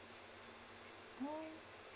oh